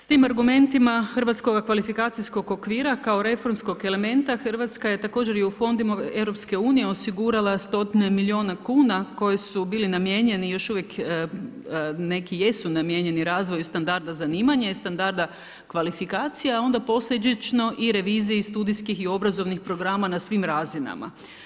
S tim argumentima Hrvatskoga kvalifikacijskog okvira kao reformskog elementa, Hrvatska je također i u fondovima EU-a osigurala stotine milijuna kuna koje su bili namijenjeni još uvijek neki jesu namijenjeni razvoju standarda zanimanja i standarda kvalifikacija, onda posljedično i reviziji studijskih i obrazovnih programa na svim razinama.